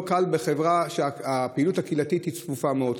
לא קל בחברה שהפעילות הקהילתית בה היא צפופה מאוד,